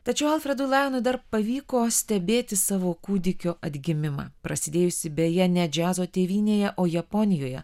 tačiau alfredui lajonui dar pavyko stebėti savo kūdikio atgimimą prasidėjusį beje ne džiazo tėvynėje o japonijoje